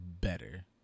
better